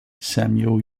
samuel